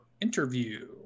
interview